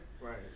Right